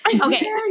Okay